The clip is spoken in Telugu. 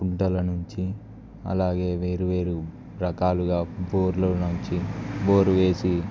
గుంటల నుంచి అలాగే వేరు వేరు రకాలుగా బోర్ల నుంచి బోర్ వేసి